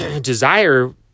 desire